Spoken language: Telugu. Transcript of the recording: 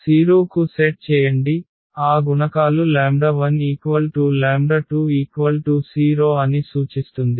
0 కు సెట్ చేయండి ఆ గుణకాలు 1 20 అని సూచిస్తుంది